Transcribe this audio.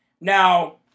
Now